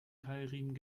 keilriemen